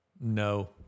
No